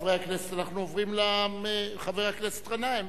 חברי הכנסת, אנחנו עוברים לחבר הכנסת גנאים.